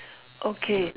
okay